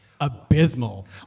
abysmal